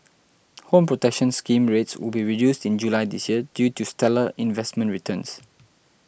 Home Protection Scheme rates will be reduced in July this year due to stellar investment returns